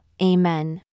Amen